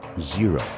Zero